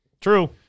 True